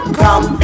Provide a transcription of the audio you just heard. come